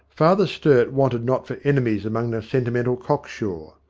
father sturt wanted not for enemies among the sentimental-cocksure.